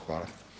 Hvala.